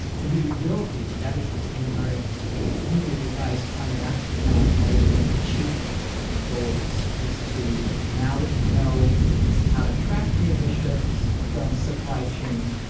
we will be, that is in our newly revised climate action plan, that is one of the chief goals is to now that we know how to track the emissions from supply chain